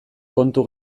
kontu